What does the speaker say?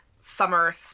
Summer